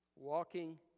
Walking